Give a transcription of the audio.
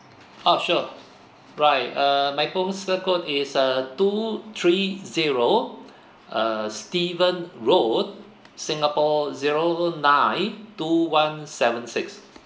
ah sure right err my postal code is a two three zero uh steven road singapore zero nine two one seven six